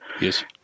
Yes